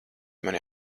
mani